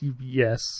Yes